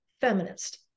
feminist